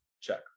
Check